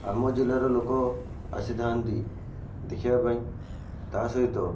ଆମ ଜିଲ୍ଲାର ଲୋକ ଆସିଥାନ୍ତି ଦେଖିବା ପାଇଁ ତା' ସହିତ